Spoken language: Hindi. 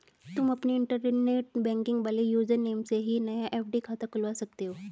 तुम अपने इंटरनेट बैंकिंग वाले यूज़र नेम से ही नया एफ.डी खाता खुलवा सकते हो